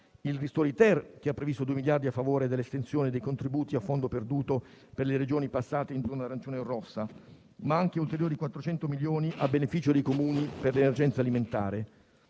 il ristori-*ter*, che ha previsto 2 miliardi a favore dell'estensione dei contributi a fondo perduto per le Regioni passate in zona arancione o rossa, ma anche ulteriori 400 milioni a beneficio dei Comuni per l'emergenza alimentare,